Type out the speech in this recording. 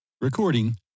Recording